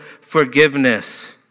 forgiveness